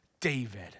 David